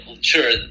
sure